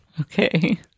Okay